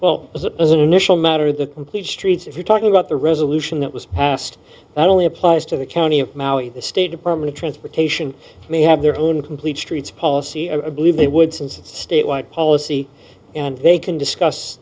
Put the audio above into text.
initial matter the complete streets if you're talking about the resolution that was passed that only applies to the county of maui the state department of transportation may have their own complete streets policy and believe they would since state wide policy and they can discuss